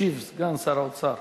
ישיב סגן שר האוצר.